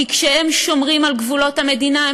כי כשהם שומרים על גבולות המדינה הם